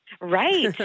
Right